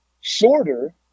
shorter